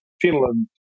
Finland